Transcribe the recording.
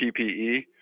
ppe